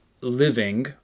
living